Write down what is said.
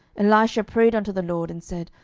elisha prayed unto the lord, and said,